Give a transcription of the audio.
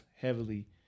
heavily